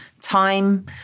time